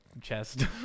chest